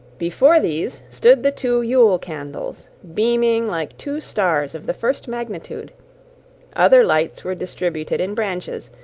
before these stood the two yule candles, beaming like two stars of the first magnitude other lights were distributed in branches,